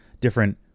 different